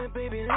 baby